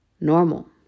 normal